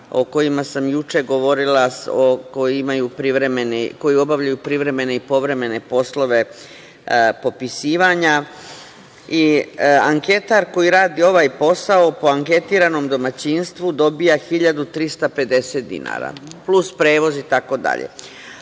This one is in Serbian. o kojima sam juče govorila, koji obavljaju privremene i povremene poslove popisivanja. Anketar koji radi ovaj posao po anketiranom domaćinstvu dobija 1.350 dinara, plus prevoz itd.